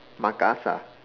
makassar